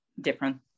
different